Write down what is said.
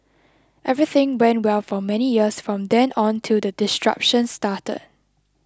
everything went well for many years from then on till the disruptions started